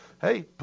hey